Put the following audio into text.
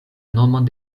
nomon